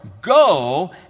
go